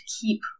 keep